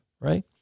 right